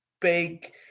big